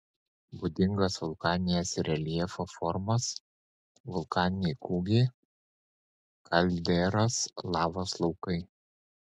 būdingos vulkaninės reljefo formos vulkaniniai kūgiai kalderos lavos laukai